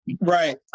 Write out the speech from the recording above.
Right